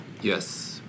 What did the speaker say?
Yes